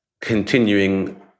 continuing